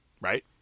Right